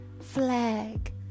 flag